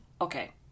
okay